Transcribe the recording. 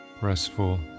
restful